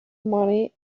money